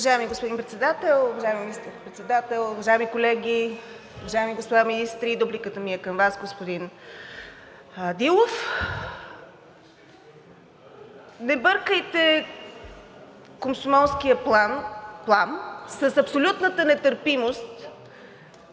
Дупликата ми е към Вас, господин Дилов. Не бъркайте комсомолския плам с абсолютната нетърпимост